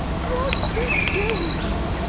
what's he doing